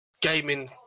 gaming